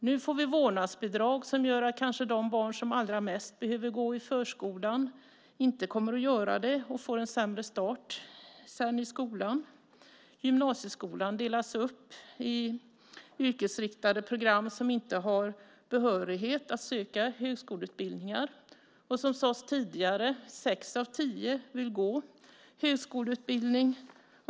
Nu får vi vårdnadsbidrag som gör att de barn som allra mest behöver gå i förskolan kanske inte kommer att göra det och får en sämre start i skolan. Gymnasieskolan delas upp i yrkesinriktade program som inte ger behörighet att söka högskoleutbildningar. Som sades tidigare vill sex av tio gå högskoleutbildning.